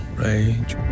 rage